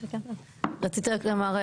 רציתי רק לומר,